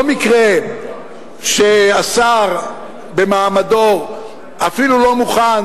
לא מקרה שהשר במעמדו אפילו לא מוכן